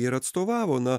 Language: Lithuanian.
ir atstovavo na